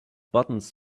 buttons